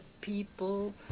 people